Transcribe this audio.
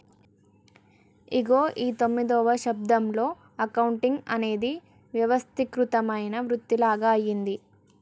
ఇగో ఈ పందొమ్మిదవ శతాబ్దంలో అకౌంటింగ్ అనేది వ్యవస్థీకృతమైన వృతిలాగ అయ్యింది